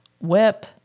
whip